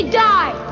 die